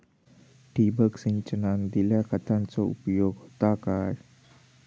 ठिबक सिंचनान दिल्या खतांचो उपयोग होता काय?